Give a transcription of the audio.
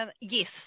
yes